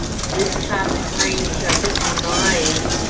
this past spring with i think combined,